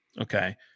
Okay